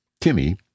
Timmy